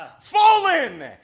Fallen